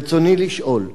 רצוני לשאול: